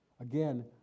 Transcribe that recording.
Again